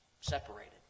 separated